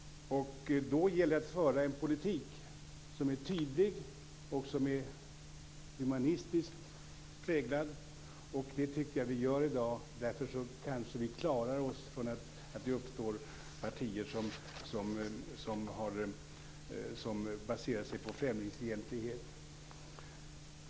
Då gäller det att föra en politik som är tydlig och humanistiskt präglad, och det tycker jag att vi gör i dag. Därför kanske vi klarar oss från att det uppstår partier som baserar sig på främlingsfientlighet.